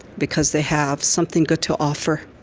because they have something good to offer.